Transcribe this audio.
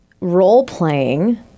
role-playing